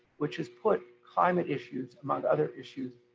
which has put climate issues among other issues,